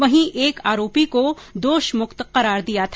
वहीं एक आरोपी को दोषमुक्त करार दिया था